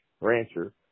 rancher